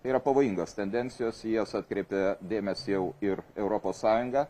tai yra pavojingos tendencijos į jas atkreipė dėmesį jau ir europos sąjungą